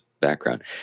background